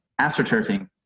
AstroTurfing